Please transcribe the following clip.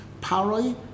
Paroi